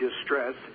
Distress